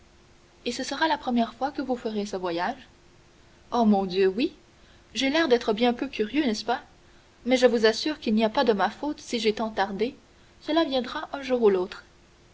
et ce sera la première fois que vous ferez ce voyage oh mon dieu oui j'ai l'air d'être bien peu curieux n'est-ce pas mais je vous assure qu'il n'y a pas de ma faute si j'ai tant tardé cela viendra un jour ou l'autre